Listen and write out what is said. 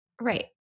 Right